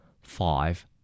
Five